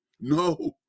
No